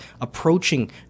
approaching